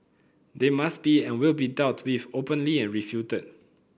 they must be and will be dealt with openly and refuted